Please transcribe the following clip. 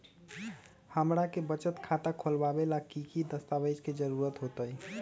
हमरा के बचत खाता खोलबाबे ला की की दस्तावेज के जरूरत होतई?